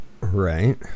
Right